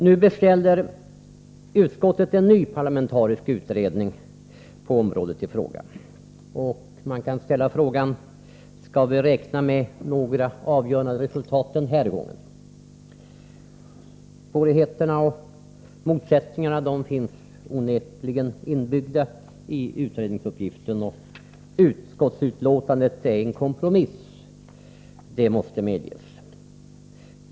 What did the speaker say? Nu beställer utskottet en ny parlamentarisk utredning på området i fråga. Man kan ställa frågan: Skall vi räkna med några avgörande resultat den här gången? Svårigheterna och motsättningarna finns onekligen inbyggda i utredningsuppgiften. Och utskottsbetänkandet är en kompromiss, det måste medges.